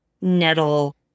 nettle